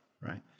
right